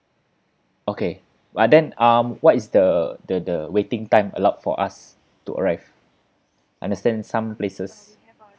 okay but then um what is the the the waiting time allowed for us to arrive understand some places